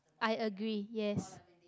I agree yes